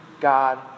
God